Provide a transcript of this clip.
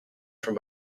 from